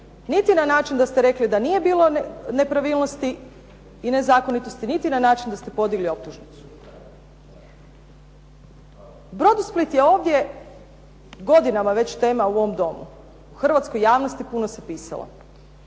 niti na način da ste rekli da nije bilo nepravilnosti i nezakonitosti, niti na način da ste podigli optužnicu. Brodosplit je ovdje već godinama tema u ovom Domu, u hrvatskoj javnosti puno se pisalo.